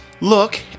look